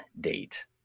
date